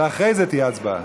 ואחרי זה תהיה הצבעה.